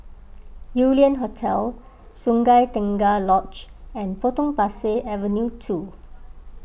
Yew Lian Hotel Sungei Tengah Lodge and Potong Pasir Avenue two